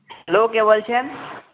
hello কে বলছেন